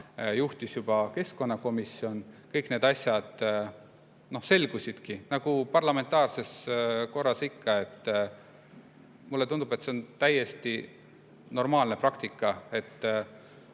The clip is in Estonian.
juhtis juba keskkonnakomisjon, kõik need asjad selgusidki, nagu parlamentaarses korras ikka. Mulle tundub, et see on täiesti normaalne praktika, et